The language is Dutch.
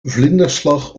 vlinderslag